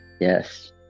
Yes